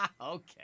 Okay